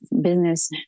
business